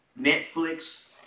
Netflix